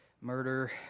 murder